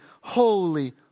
holy